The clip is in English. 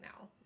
now